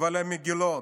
ועל המגילות?